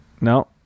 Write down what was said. no